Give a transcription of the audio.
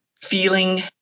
feeling